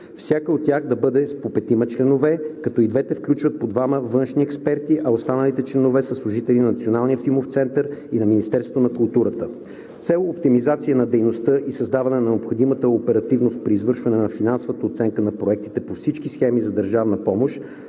Всяка от тях да бъде с по петима членове, като и двете включват по двама външни експерти, а останалите членове са служители на Националния филмов център и на Министерството на културата. С цел оптимизация на дейността и създаване на необходимата оперативност при извършване на финансова оценка на проектите по всички схеми за държавна помощ